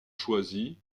choisi